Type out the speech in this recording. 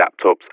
laptops